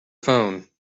phone